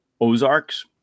Ozarks